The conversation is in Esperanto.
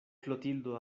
klotildo